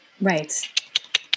Right